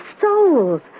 souls